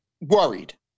worried